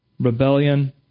Rebellion